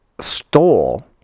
stole